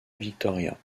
victoria